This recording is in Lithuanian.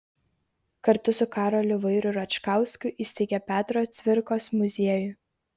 kartu su karoliu vairu račkausku įsteigė petro cvirkos muziejų